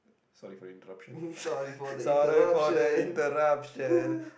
sorry for interruption sorry for the interruption